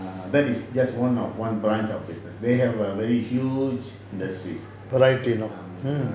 err that is just one of one branch of business they have err very huge industries